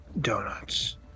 donuts